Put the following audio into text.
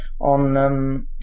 on